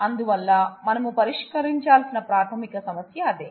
అందువల్ల మనం పరిష్కరించాల్సిన ప్రాథమిక సమస్య అదే